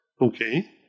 Okay